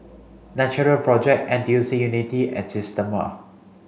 Natural project N T U C Unity and Systema